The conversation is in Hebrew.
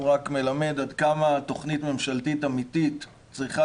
הוא רק מלמד עד כמה תוכנית ממשלתית אמיתית צריכה